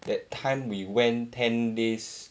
that time we went ten days